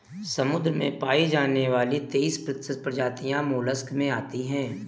समुद्र में पाई जाने वाली तेइस प्रतिशत प्रजातियां मोलस्क में आती है